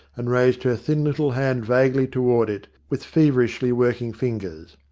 and raised her thin little hand vaguely toward it, with feverishly working fingers.